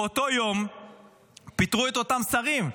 באותו יום פיטרו את אותם שרים,